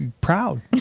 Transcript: Proud